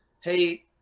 hey